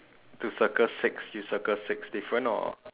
to circle six you circle six different or